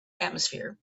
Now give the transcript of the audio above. atmosphere